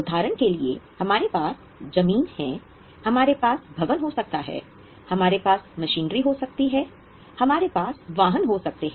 उदाहरण के लिए हमारे पास जमीन है हमारे पास भवन हो सकता है हमारे पास मशीनरी हो सकती है हमारे पास वाहन हो सकते हैं